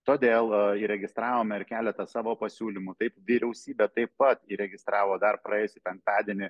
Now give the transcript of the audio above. todėl įregistravome ir keletą savo pasiūlymų taip vyriausybė taip pat įregistravo dar praėjusį penktadienį